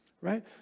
right